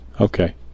Okay